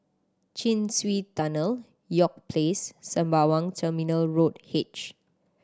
Chin Swee Tunnel York Place Sembawang Terminal Road H